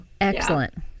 excellent